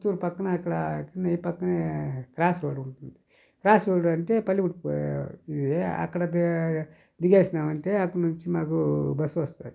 పుత్తూరు పక్కన ఇక్కడ ఇక్కడనే ఈ పక్కనే క్రాస్ రోడ్ ఉంటుంది క్రాస్ రోడ్ అంటే పల్లె రూట్ పోయే ఇదే అక్కడ దిగేసినాము అంటే అక్కడి నుంచి మాకు బస్సు వస్తుంది